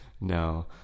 no